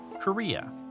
Korea